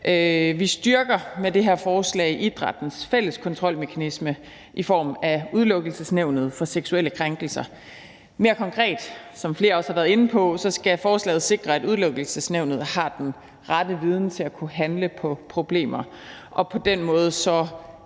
Vi styrker med det her forslag idrættens fælles kontrolmekanisme i form af Udelukkelsesnævnet for seksuelle krænkelser. Mere konkret, som flere også har været inde på, skal forslaget sikre, at Udelukkelsesnævnet har den rette viden til at kunne handle på problemer,